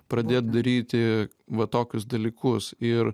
pradėt daryti va tokius dalykus ir